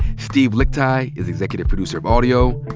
steve lickteig is executive producer of audio.